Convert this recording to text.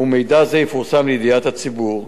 ומידע זה יפורסם לידיעת הציבור.